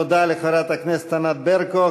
תודה לחברת הכנסת ענת ברקו.